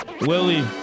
Willie